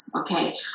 okay